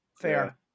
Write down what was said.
Fair